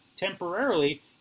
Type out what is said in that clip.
Temporarily